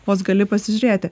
vos gali pasižiūrėti